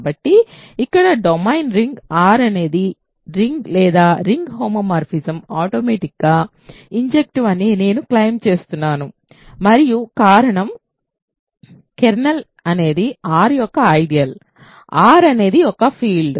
కాబట్టి ఇక్కడ domain ring R అనేది రింగ్ లేదా రింగ్ హోమోమార్ఫిజం ఆటోమేటిక్ గా ఇంజెక్టివ్ అని నేను క్లెయిమ్ చేస్తున్నాను మరియు కారణం కెర్నల్ అనేది R యొక్క ఐడియల్ R అనేది ఒక ఫీల్డ్